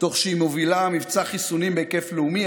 תוך שהיא מובילה מבצע חיסונים בהיקף לאומי.